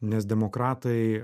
nes demokratai